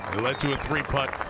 led to a three putt.